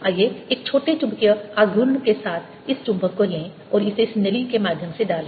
आइए एक छोटे चुंबकीय आघूर्ण के साथ इस चुंबक को लें और इसे इस नली के माध्यम से डालें